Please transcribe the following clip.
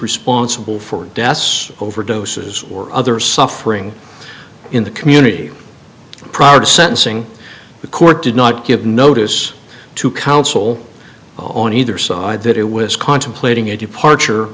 responsible for deaths overdoses or other suffering in the community prior to sentencing the court did not give notice to council on either side that it was contemplating a departure